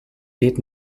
did